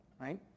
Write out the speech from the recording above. right